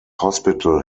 hospital